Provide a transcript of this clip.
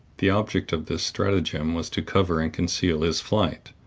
the object of this stratagem was to cover and conceal his flight.